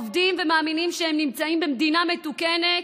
עובדים ומאמינים שהם נמצאים במדינה מתוקנת,